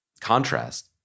contrast